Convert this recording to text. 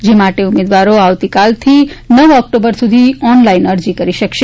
જે માટે ઉમેદવારો આવતીકાલથી નવ ઓક્ટોબર સુધી ઓનલાઇન અરજી કરી શકશે